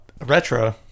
retro